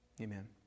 Amen